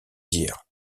d’hier